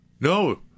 no